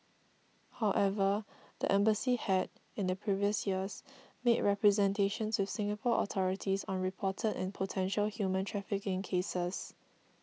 however the embassy had in the previous years made representations with Singapore authorities on reported and potential human trafficking cases